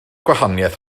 gwahaniaeth